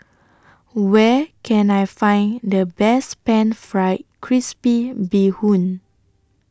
Where Can I Find The Best Pan Fried Crispy Bee Hoon